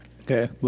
Okay